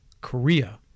Korea